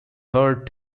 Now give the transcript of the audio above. heard